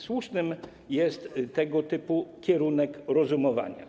Słuszny jest tego typu kierunek rozumowania.